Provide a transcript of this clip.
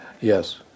Yes